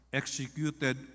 executed